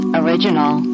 original